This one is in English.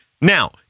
Now